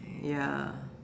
ya